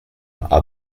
are